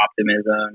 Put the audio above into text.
Optimism